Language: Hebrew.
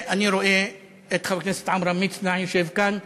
אני רואה את חבר הכנסת עמרם מצנע יושב כאן,